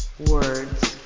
words